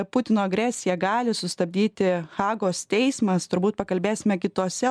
putino agresiją gali sustabdyti hagos teismas turbūt pakalbėsime kitose